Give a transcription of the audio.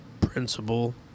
Principle